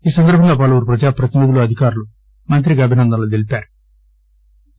ఈ సందర్బంగా పలువురు ప్రజాప్రతినిధులు అధికారులు మంత్రికి అభినందనలు తెలిపారు